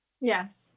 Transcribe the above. Yes